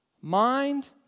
Mind